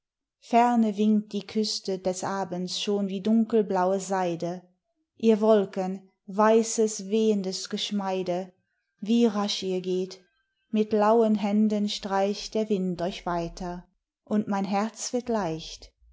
ferne winkt die küste des abends schon wie dunkelblaue seide ihr wolken weißes wehendes geschmeide wie rasch ihr geht mit lauen händen streicht der wind euch weiter und mein herz wird leicht